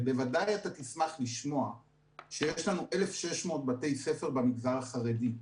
ובוודאי אתה תשמח לשמוע שיש לנו 1,600 בתי ספר במגזר החרדי.